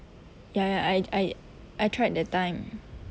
ya ya I I I tried that time